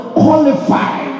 qualify